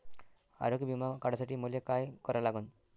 आरोग्य बिमा काढासाठी मले काय करा लागन?